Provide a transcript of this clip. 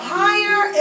higher